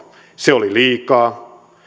se oli liikaa